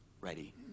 ready